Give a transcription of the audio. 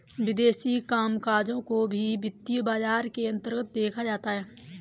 विदेशी कामकजों को भी वित्तीय बाजार के अन्तर्गत देखा जाता है